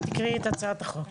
תקראי את הצעת החוק.